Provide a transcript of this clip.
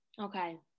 Okay